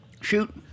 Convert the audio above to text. Shoot